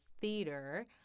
theater